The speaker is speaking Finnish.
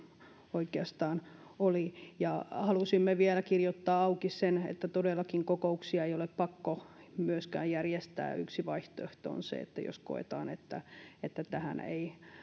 oikeastaan oli halusimme vielä kirjoittaa auki sen että todellakin kokouksia ei ole myöskään pakko järjestää yksi vaihtoehto on se että jos koetaan että että tähän eivät